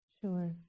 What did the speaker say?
Sure